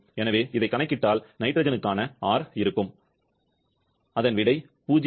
எனவே இதைக் கணக்கிட்டால் நைட்ரஜனுக்கான R இருக்கும் 0